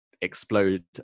explode